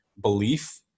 belief